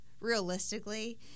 realistically